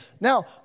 Now